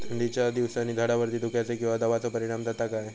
थंडीच्या दिवसानी झाडावरती धुक्याचे किंवा दवाचो परिणाम जाता काय?